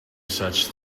such